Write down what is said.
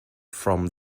from